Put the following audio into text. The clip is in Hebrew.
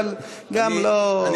אבל גם לא אל תוך הלילה.